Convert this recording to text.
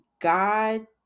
God